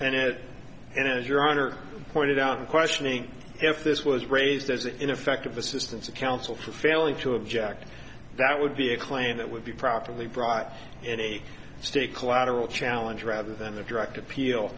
to it and it and as your honor pointed out in questioning if this was raised as ineffective assistance of counsel for failing to object that would be a claim that would be properly brought in a state collateral challenge rather than the direct appeal